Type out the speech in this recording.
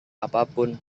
apapun